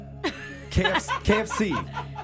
KFC